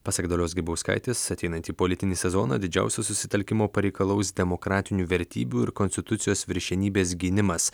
pasak dalios grybauskaitės ateinantį politinį sezoną didžiausio susitelkimo pareikalaus demokratinių vertybių ir konstitucijos viršenybės gynimas